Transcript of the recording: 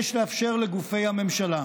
יש לאפשר לגופי הממשלה,